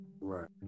Right